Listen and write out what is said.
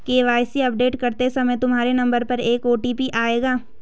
KYC update करते समय तुम्हारे नंबर पर एक ओ.टी.पी आएगा